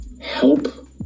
help